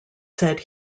said